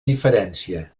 diferència